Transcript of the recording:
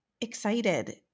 excited